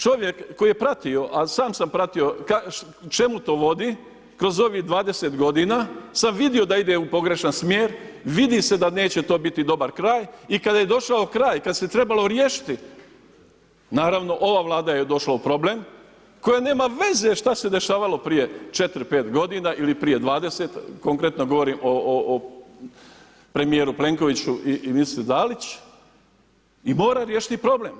Čovjek koji je pratio, a sam sam pratio čemu to vodi, kroz ovih 20 godina sam vidio da ide u pogrešan smjer, vidi se da neće to biti dobar kraj i kada je došao kraj, kada se trebalo riješiti, naravno, ova Vlada je došla u problem koji nema veze šta se dešavalo prije 4, 5 godina ili prije 20, konkretno govorim o premijeru Plenkoviću i ministrici Dalić i mora riješiti problem.